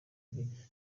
mbi